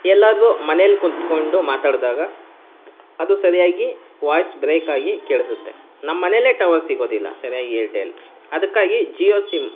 ಎಲ್ಲದು ಮನೇಲಿ ಕುಂತ್ಕೊಂಡು ಮಾತಾಡಿದಾಗ ಅದು ಸರಿಯಾಗಿ ವಾಯ್ಸ್ ಬ್ರೇಕ್ ಆಗಿ ಕೇಳಿಸುತ್ತೆ ನಮ್ಮ ಮನೇಲೆ ಟವರ್ ಸಿಗೋದಿಲ್ಲ ಸರ್ಯಾಗಿ ಏರ್ಟೆಲ್ ಅದಕ್ಕಾಗಿ ಜಿಯೋ ಸಿಮ್